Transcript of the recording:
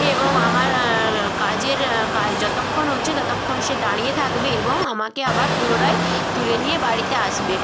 এবং আমার কাজের কাজ যতক্ষণ হচ্ছে ততক্ষণ সে দাঁড়িয়ে থাকবে এবং আমাকে আবার পুনরায় তুলে নিয়ে বাড়িতে আসবে